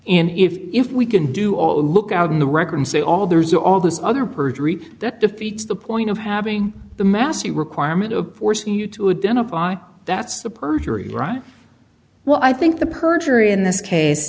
and if we can do all look out in the record and say all there's all this other perjury that defeats the point of having the mask the requirement of forcing you to a dental that's the perjury right well i think the perjury in this case